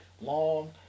Long